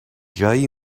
جایی